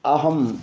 अहं